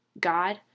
God